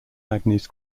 agnes